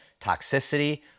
toxicity